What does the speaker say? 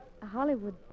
Hollywood